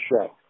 show